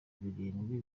birindwi